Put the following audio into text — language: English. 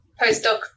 Postdoc